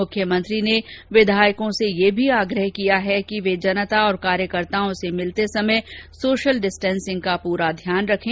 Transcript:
मुख्यमंत्री ने विधायकों से ये भी आग्रह किया है कि वे जनता और कार्यकर्ताओं से मिलते समय सोशल डिस्टेंसिंग का पूरा ध्यान रखें